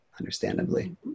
understandably